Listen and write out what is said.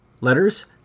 Letters